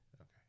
Okay